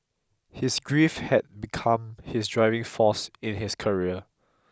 his grief had become his driving force in his career